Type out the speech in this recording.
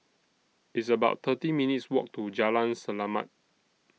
It's about thirty minutes' Walk to Jalan Selamat